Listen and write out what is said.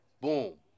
boom